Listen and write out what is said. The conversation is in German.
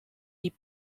die